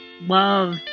Love